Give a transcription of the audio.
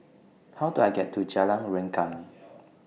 How Do I get to Jalan Rengkam